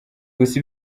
gusa